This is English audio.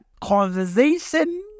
conversation